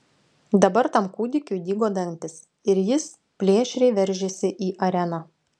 dabar tam kūdikiui dygo dantys ir jis plėšriai veržėsi į areną